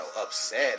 upset